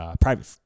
Private